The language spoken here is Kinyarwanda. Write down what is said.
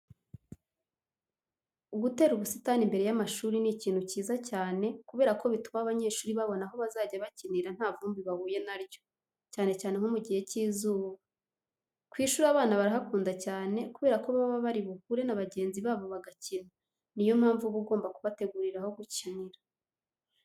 Gutera ubusitani imbere y'amashuri ni ikintu cyiza cyane kubera ko bituma abanyeshuri babona aho bazajya bakinira nta vumbi bahuye na ryo, cyane cyane nko mu gihe cy'izuba. Ku ishuri abana barahakunda cyane kubera ko baba bari buhure na bagenzi babo bagakina, niyo mpamvu uba ugomba kubategurira aho gukinira.